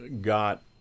got